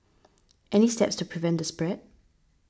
any steps to prevent the spread